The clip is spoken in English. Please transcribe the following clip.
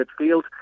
midfield